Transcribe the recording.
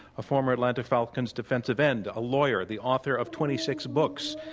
a former atlanta falcons defensive end, a lawyer, the author of twenty six books.